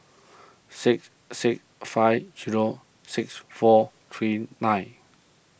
six six five zero six four three nine